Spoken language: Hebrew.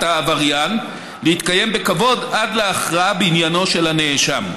העבריין להתקיים בכבוד עד להכרעה בעניינו של הנאשם.